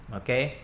okay